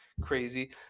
crazy